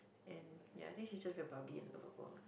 and ya I think she's just very Barbie and lovable lah